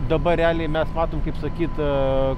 dabar realiai mes matom kaip sakyt